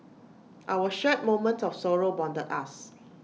our shared moment of sorrow bonded us